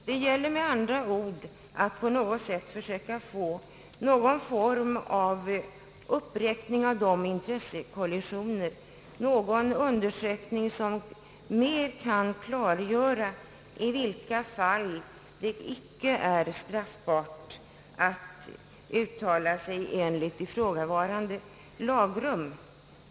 Det gäller med andra ord att på något sätt försöka få en form av uppräkning eller undersökning av de intressekollisioner som kan förekomma, i syfte att mer kunna klargöra i vilka fall det icke är straffbart att uttala sig enligt ifrågavarande lagrum.